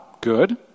good